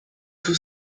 tout